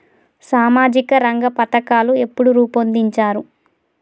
సామాజిక రంగ పథకాలు ఎప్పుడు రూపొందించారు?